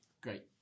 Great